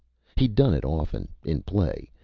he'd done it often, in play,